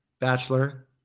Bachelor